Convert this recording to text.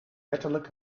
letterlijk